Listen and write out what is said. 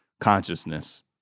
consciousness